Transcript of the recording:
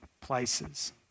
places